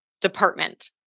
department